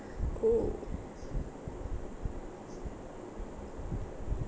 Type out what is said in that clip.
oh